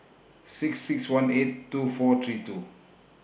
six six one eight two four three two